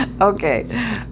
Okay